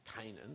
Canaan